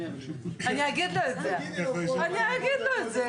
אני יכולה להבטיח דבר מאוד פשוט,